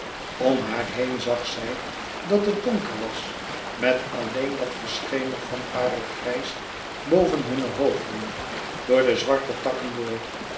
om haar heen zag zij dat het donker was met alleen dat geschemer van parelgrijs boven hunne hoofden door de zwarte takken door